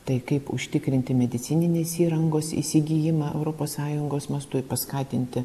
tai kaip užtikrinti medicininės įrangos įsigijimą europos sąjungos mastu paskatinti